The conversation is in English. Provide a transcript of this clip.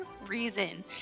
reason